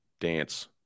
dance